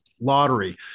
Lottery